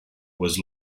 was